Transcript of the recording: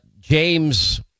James